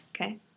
Okay